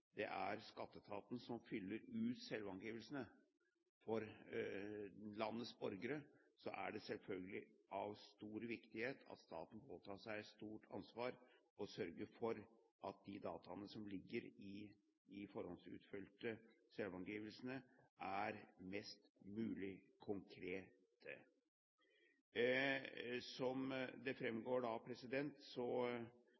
det er skatteetaten som fyller ut selvangivelsene for landets borgere, er det selvfølgelig av stor viktighet at staten, som her påtar seg et stort ansvar, sørger for at de dataene som ligger i de forhåndsutfylte selvangivelsene, er mest mulig korrekte. Som det